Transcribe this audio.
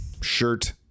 shirt